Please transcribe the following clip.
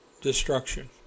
destruction